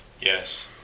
Yes